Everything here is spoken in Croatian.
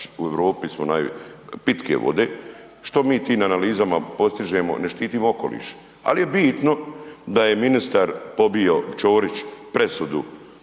u Europi smo naj, pitke vode, što mi tim analizama postižemo, ne štitimo okoliš al je bitno da je ministar pobio, Čorić, presudu